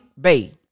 Bay